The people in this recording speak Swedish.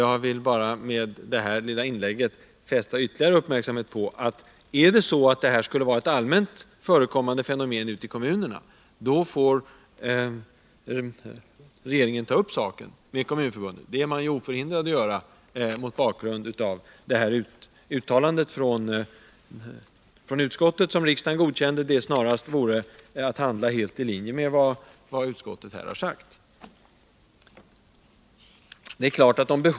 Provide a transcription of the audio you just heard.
Jag vill med detta lilla inlägg bara ytterligare fästa uppmärksamheten på att regeringen, om detta skulle vara ett allmänt förekommande fenomen ute i kommunerna, får ta upp saken med Kommunförbundet. Det är man inte förhindrad att göra mot bakgrund av uttalandet från utskottet som riksdagen godkände — det vore snarast att handla helt i linje med vad utskottet här har sagt.